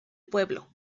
pueblo